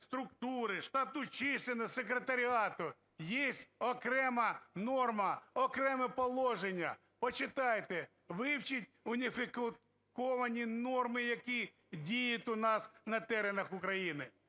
структури, штатну чисельність секретаріату, є окрема норма, окреме положення. Почитайте, вивчіть уніфіковані норми, які діють у нас на теренах України.